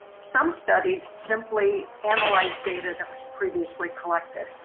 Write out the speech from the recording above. some studies simply analyze data that was previously collected.